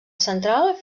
central